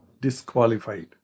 disqualified